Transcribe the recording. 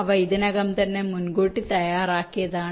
അവ ഇതിനകം മുൻകൂട്ടി തയ്യാറാക്കിയതാണ്